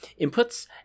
inputs